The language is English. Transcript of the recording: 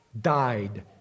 died